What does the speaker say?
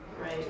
right